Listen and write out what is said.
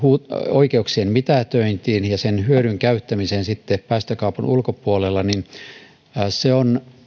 oikeuksien mitätöintiin ja sen hyödyn käyttämiseen päästökaupan ulkopuolella on